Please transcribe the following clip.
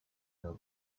your